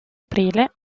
aprile